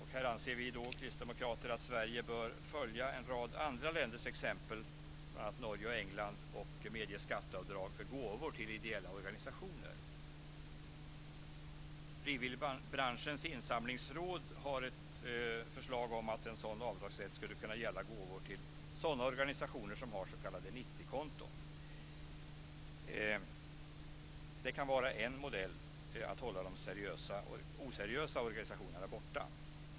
Här anser vi kristdemokrater att Sverige bör följa en rad andra länders exempel, bl.a. Norges och Englands, och medge skatteavdrag för gåvor till ideella organisationer. Frivilligbranschens insamlingsråd har ett förslag om att en sådan avdragsrätt skulle kunna gälla gåvor till organisationer som har s.k. 90-konton. Det kan vara en modell för att hålla de oseriösa organisationerna borta.